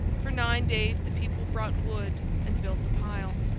for nine days the people brought wood and built the pile,